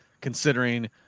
considering